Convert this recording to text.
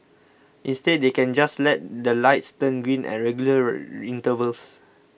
instead they can just let the lights turn green at regular intervals